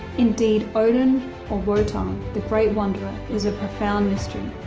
indeed, odin or wotan, the great wanderer, is a profound mystery.